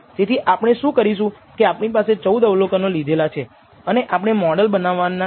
તેથી આપણે શું કરીશું કે આપણી પાસે 14 અવલોકનો લીધેલા છે અને આપણે મોડલ બનાવવાના છીએ